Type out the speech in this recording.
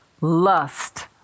lust